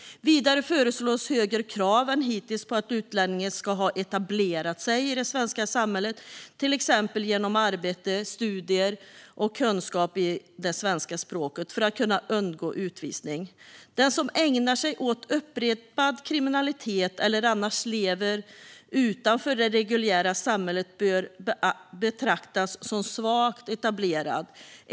Vidare föreslås högre krav än hittills på att utlänningar ska ha etablerat sig i det svenska samhället, till exempel genom arbete, studier och kunskaper i det svenska språket, för att kunna undgå utvisning. Den som ägnar sig åt upprepad kriminalitet eller annars lever utanför det reguljära samhället bör betraktas som svagt etablerad.